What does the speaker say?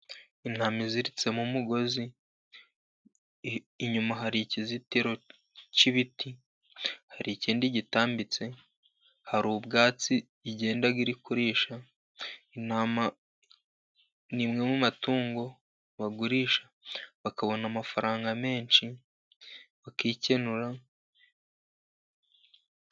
Intama iziritse mu mugozi. Inyuma hari ikizitiro cy'ibiti. Hari ikindi gitambitse hari ubwatsi igenda iri kurisha. Intama ni imwe mu matungo bagurisha, bakabona amafaranga menshi bakikenura.